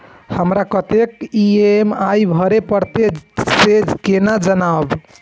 हमरा कतेक ई.एम.आई भरें परतें से केना जानब?